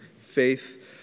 faith